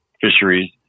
fisheries